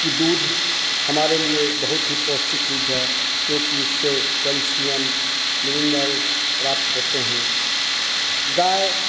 का दूध हमारे लिए बहुत ही पौष्टिक दूध है क्योंकि उससे कैल्सियम मिनरल्स प्राप्त होते हैं गाय